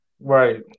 Right